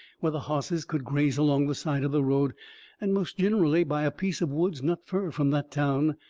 where the hosses could graze along the side of the road and most ginerally by a piece of woods not fur from that town,